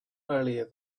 earlier